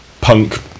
punk